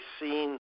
seen